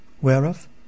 Whereof